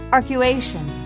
Arcuation